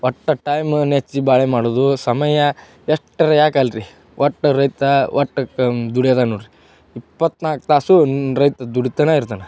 ಒಟ್ಟು ಟೈಮ್ ನೆಚ್ಚಿ ಬಾಳೆ ಮಾಡೋದು ಸಮಯ ಎಷ್ಟರ ಯಾಕಲ್ರಿ ಒಟ್ಟು ರೈತ ಒಟ್ಟುಗ್ ದುಡಿಯೋದ ನೋಡಿರಿ ಇಪ್ಪತ್ತ್ನಾಲ್ಕು ತಾಸೂ ರೈತ ದುಡಿತಾನ ಇರ್ತಾನ